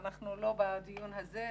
אנחנו לא בדיון הזה,